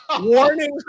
warning